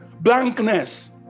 blankness